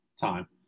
time